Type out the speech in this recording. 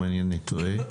אם אינני טועה.